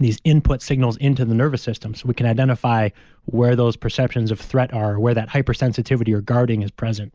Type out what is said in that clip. these input signals into the nervous system so we can identify where those perceptions of threat are. where that hypersensitivity or guarding is present,